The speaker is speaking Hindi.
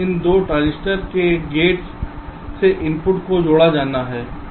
इन 2 ट्रांजिस्टर के गेट्स से इनपुट को जोड़ा जाना है